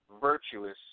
virtuous